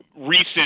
recent